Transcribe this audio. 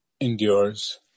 endures